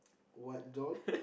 what though